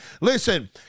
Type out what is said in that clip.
Listen